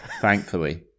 thankfully